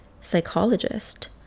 psychologist